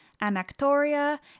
Anactoria